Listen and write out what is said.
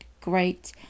great